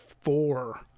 four